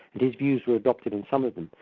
and his views were adopted in some of them,